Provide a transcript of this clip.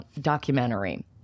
documentary